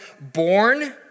born